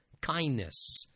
kindness